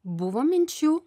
buvo minčių